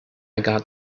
got